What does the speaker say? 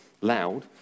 loud